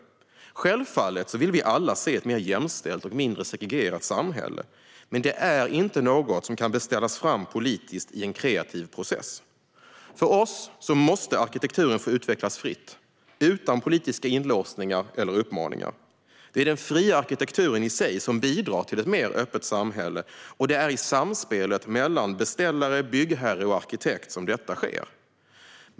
Självfallet vill vi alla se ett mer jämställt och mindre segregerat samhälle, men det är inte något som kan beställas fram politiskt i en kreativ process. För oss måste arkitekturen få utvecklas fritt, utan politiska inlåsningar eller uppmaningar. Det är den fria arkitekturen i sig som bidrar till ett mer öppet samhälle, och det är i samspelet mellan beställare, byggherre och arkitekt som detta sker.